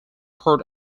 part